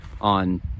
on